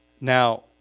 Now